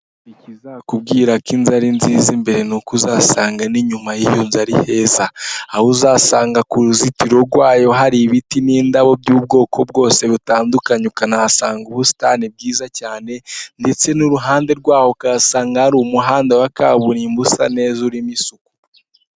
Ikizakubwira ko inzu ari nziza imbere, ni uko uzasanga n'inyuma y'iyo nzu ari heza. Aho uzasanga ku ruzitiro rwayo hari ibiti n'indabo by'ubwoko bwose butandukanye, ukanahasanga ubusitani bwiza cyane ndetse n'uruhande rwaho ukahasanga hari umuhanda wa kaburimbo usa neza urimo isuku.